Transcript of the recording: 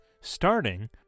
starting